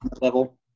Level